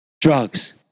Drugs